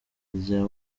rya